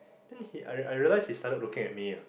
then he I I realized he started looking at me